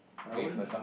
I wouldn't